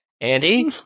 Andy